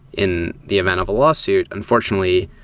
in the event of a lawsuit, unfortunately,